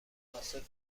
مناسب